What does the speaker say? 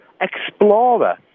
Explorer